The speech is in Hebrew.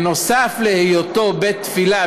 נוסף על היותו בית-תפילה,